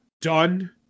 done